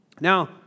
Now